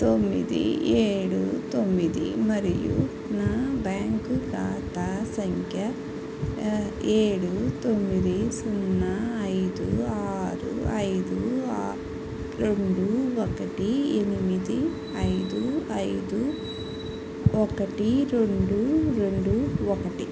తొమ్మిది ఏడు తొమ్మిది మరియు నా బ్యాంకు ఖాతా సంఖ్య ఏడు తొమ్మిది సున్నా ఐదు ఆరు ఐదు ఆ రెండు ఒకటి ఎనిమిది ఐదు ఐదు ఒకటి రెండు రెండు ఒకటి